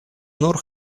nur